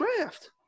draft